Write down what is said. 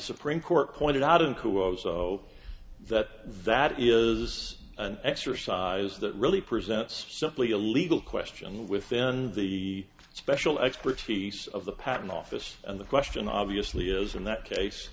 supreme court pointed out of who i was so that that is an exercise that really presents simply a legal question with then the special expertise of the patent office and the question obviously is in that case